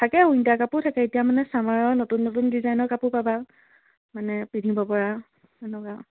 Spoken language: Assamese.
থাকে উইণ্টাৰ কাপোৰ থাকে এতিয়া মানে চামাৰৰ নতুন নতুন ডিজাইনৰ কাপোৰ পাবা মানে পিন্ধিব পৰা সেনেকুৱা